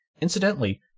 Incidentally